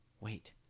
Wait